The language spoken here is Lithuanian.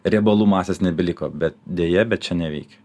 riebalų masės nebeliko bet deja bet čia neveikia